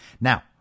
Now